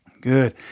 Good